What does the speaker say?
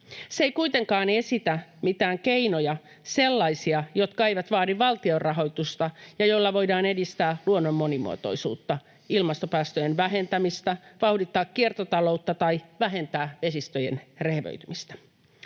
Se ei kuitenkaan esitä mitään keinoja, sellaisia, jotka eivät vaadi valtion rahoitusta ja joilla voidaan edistää luonnon monimuotoisuutta, ilmastopäästöjen vähentämistä, vauhdittaa kiertotaloutta tai vähentää vesistöjen rehevöitymistä.